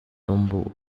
东部